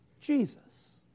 Jesus